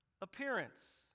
appearance